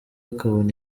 akabona